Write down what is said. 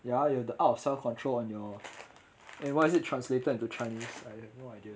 ya you have the art of self control on your eh why is it translated into chinese I have no idea